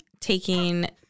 taking